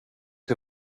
ska